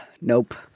nope